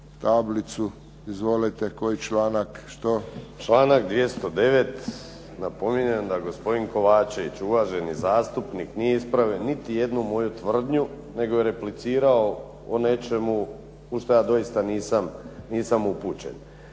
tablicu, izvolite koji članak, što? **Vinković, Zoran (SDP)** Članak 209. napominjem da gospodin Kovačević uvaženi zastupnik nije ispravio niti jednu moju tvrdnju nego je replicirao o nečemu u što ja doista nisam upućen.